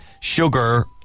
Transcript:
sugar